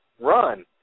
Run